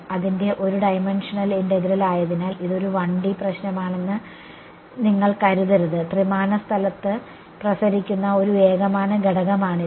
അതിന്റെ ഒരു dimensional integral ആയതിനാൽ ഇതൊരു 1D പ്രശ്നമാണെന്ന് നിങ്ങൾ കരുതരുത് ത്രിമാന സ്ഥലത്ത് പ്രസരിക്കുന്ന ഒരു ഏകമാന ഘടകമാണിത്